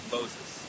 Moses